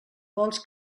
vols